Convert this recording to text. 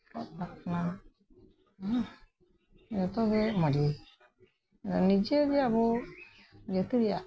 ᱚᱞᱚᱜ ᱯᱟᱲᱦᱟᱜ ᱠᱟᱱᱟ ᱡᱚᱛᱚ ᱜᱮ ᱢᱚᱸᱡᱽ ᱜᱮ ᱱᱤᱡᱮ ᱨᱮᱭᱟᱜ ᱟᱵᱚ ᱡᱟᱛᱤ ᱨᱮᱭᱟᱜ